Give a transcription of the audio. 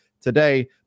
today